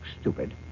stupid